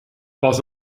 pas